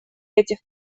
этих